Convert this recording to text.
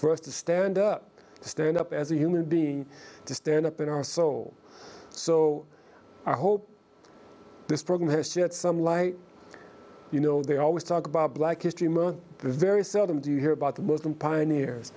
for us to stand up stand up as a human being to stand up in our soul so i hope this program has shed some light you know they always talk about black history month very seldom do you hear about the muslim pioneers